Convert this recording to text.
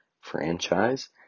franchise